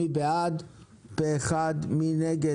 מי נגד?